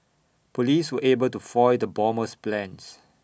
Police were able to foil the bomber's plans